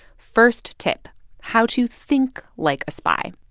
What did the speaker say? first tip how to think like a spy.